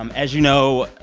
um as you know,